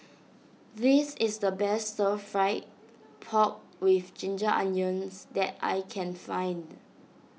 this is the best Stir Fry Pork with Ginger Onions that I can find